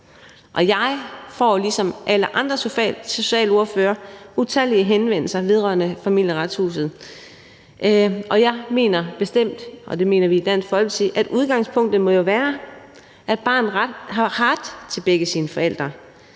jeg får ligesom alle andre socialordførere utallige henvendelser vedrørende Familieretshuset, og jeg mener bestemt – og det mener vi i Dansk Folkeparti – at udgangspunktet jo må være, at barnet har ret til begge sine forældre,